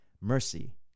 mercy